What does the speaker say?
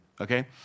okay